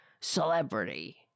celebrity